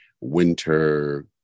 winter